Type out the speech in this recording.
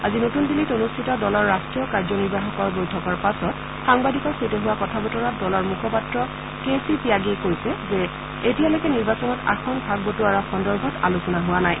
আজি নতুন দিল্লীত অনুষ্ঠিত দলৰ ৰাষ্ট্ৰীয় কাৰ্যনিৰ্বাহকৰ বৈঠকৰ পাছত সাংবাদিকৰ সৈতে হোৱা কথাবতৰাত দলৰ মুখপাত্ৰ কে চি ত্যাগীয়ে কৈছে যে এতিয়ালৈকে নিৰ্বাচনত আসন ভাগ বতৰা সন্দৰ্ভত আলোচনা হোৱা নাই